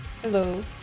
Hello